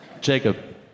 Jacob